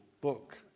book